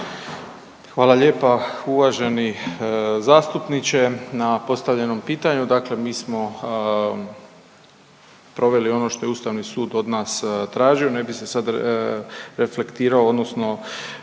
Hvala lijepa uvaženi zastupniče na postavljenom pitanju. Dakle, mi smo proveli ono što je Ustavni sud od nas tražio, ne bi se sad reflektirao odnosno